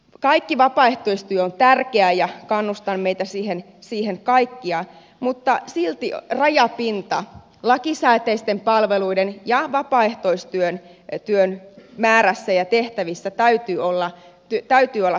kaikki vapaaehtoistyö on tärkeää ja kannustan meitä kaikkia siihen mutta silti rajapinnan lakisääteisten palveluiden ja vapaaehtoistyön määrässä ja tehtävissä täytyy olla selvä